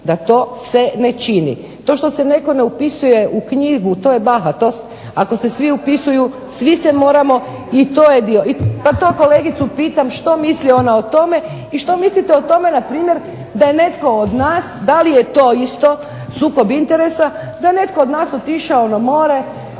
da to se ne čini. To što se netko ne upisuje u knjigu to je bahatost. Ako se svi upisuju svi se moramo i to je dio. … /Upadica se ne razumije./… Pa to kolegicu pitam što misli ona o tome i što mislite o tome npr. da je netko od nas da li je to isto sukob interesa da je netko od nas otišao na more,